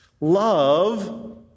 Love